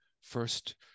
first